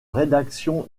rédaction